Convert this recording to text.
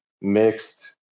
mixed